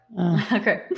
Okay